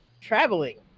traveling